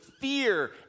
fear